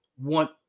want